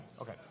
Okay